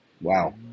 wow